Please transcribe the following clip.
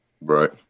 right